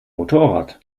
motorrad